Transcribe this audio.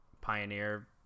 Pioneer